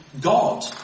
God